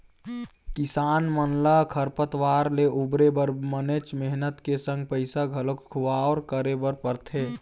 किसान मन ल खरपतवार ले उबरे बर बनेच मेहनत के संग पइसा घलोक खुवार करे बर परथे